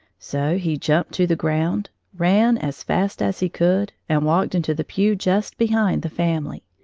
so he jumped to the ground, ran as fast as he could, and walked into the pew just behind the family.